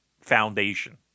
foundation